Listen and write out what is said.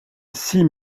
six